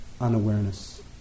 unawareness